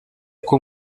uko